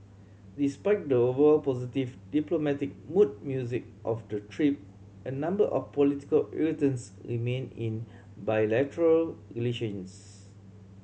despite the overall positive diplomatic mood music of the trip a number of political irritants remain in bilateral relations